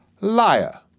Liar